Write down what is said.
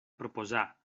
proposar